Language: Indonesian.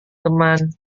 teman